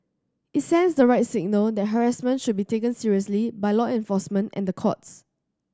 it sends the right signal that harassment should be taken seriously by law enforcement and the courts